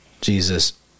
Jesus